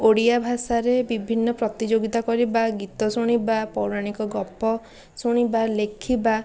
ଓଡ଼ିଆ ଭାଷାରେ ବିଭିନ୍ନ ପ୍ରତିଯୋଗିତା କରିବା ଗୀତ ଶୁଣିବା ପୌରାଣିକ ଗପ ଶୁଣିବା ଲେଖିବା